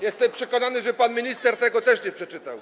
Jestem przekonany, że pan minister też tego nie przeczytał.